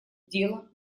дело